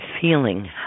feeling